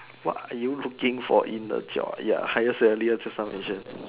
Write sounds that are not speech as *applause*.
what are you looking for in a job ya higher salary lor just now mention *breath*